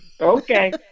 Okay